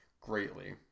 greatly